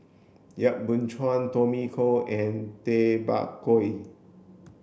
Yap Boon Chuan Tommy Koh and Tay Bak Koi